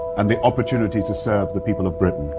and the opportunity to serve the people of britain.